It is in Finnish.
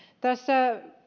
tässä